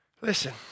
Listen